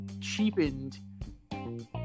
cheapened